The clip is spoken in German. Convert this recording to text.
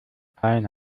keine